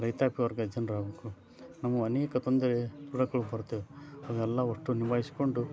ರೈತಾಪಿ ವರ್ಗದ ಜನರು ಆಗ್ಬೇಕು ನಾವು ಅನೇಕ ತೊಂದರೆ ತೊಡಕುಗಳು ಬರುತ್ತದೆ ಅವನ್ನೆಲ್ಲ ಅಷ್ಟು ನಿಭಾಯಿಸ್ಕೊಂಡು